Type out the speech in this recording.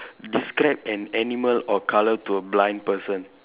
describe an animal or colour to a blind person